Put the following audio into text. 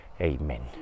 Amen